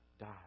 die